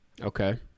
okay